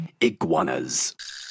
Iguanas